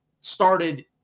started